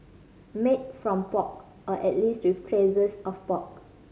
made from pork or at least with traces of pork